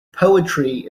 poetry